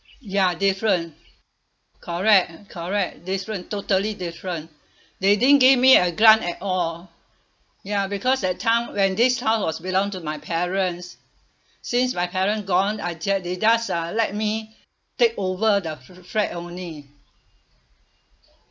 ya different correct ah correct different totally different they didn't give me a grant at all ya because that time when this house was belonged to my parents since my parent gone I ju~ they just uh let me take over the flat only